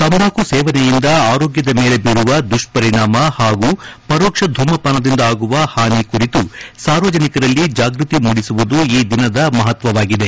ತಂಬಾಕು ಸೇವನೆಯಿಂದ ಆರೋಗ್ಗದ ಮೇಲೆ ಬೀರುವ ದುಷ್ಪರಿಣಾಮ ಹಾಗೂ ಪರೋಕ್ಷ ಧೂಮಪಾನದಿಂದ ಆಗುವ ಹಾನಿ ಕುರಿತು ಸಾರ್ವಜನಿಕರಲ್ಲಿ ಜಾಗೃತಿ ಮೂಡಿಸುವುದು ಈ ದಿನದ ಮಹತ್ವವಾಗಿದೆ